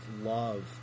love